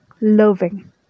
loving